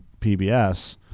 PBS